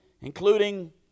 including